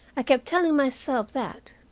i kept telling myself that.